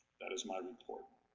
that is my report.